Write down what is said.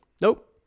Nope